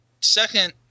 Second